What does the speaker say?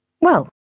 Well